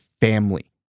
family